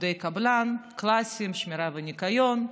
עובדי קבלן קלאסיים: שמירה וניקיון,